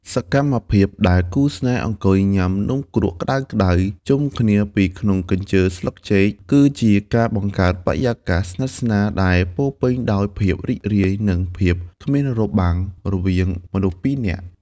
សកម្មភាពដែលគូស្នេហ៍អង្គុយញ៉ាំនំគ្រក់ក្ដៅៗជុំគ្នាពីក្នុងកញ្ជើស្លឹកចេក គឺជាការបង្កើតបរិយាកាសស្និទ្ធស្នាលដែលពោរពេញដោយភាពរីករាយ និងភាពគ្មានរបាំងរវាងមនុស្សពីរនាក់។